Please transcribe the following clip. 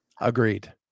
Agreed